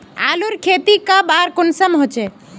आलूर खेती कब आर कुंसम होचे?